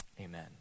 Amen